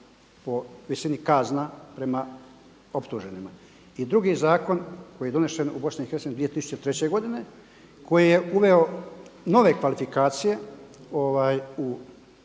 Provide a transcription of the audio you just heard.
po visini kazna prema optuženima. I drugi zakon koji je donesen u Bosni i Hercegovini 2003. godine koji je uveo nove kvalifikacije u